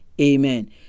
amen